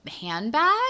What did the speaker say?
handbag